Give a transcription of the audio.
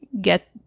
get